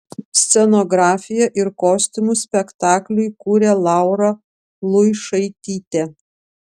scenografiją ir kostiumus spektakliui kūrė laura luišaitytė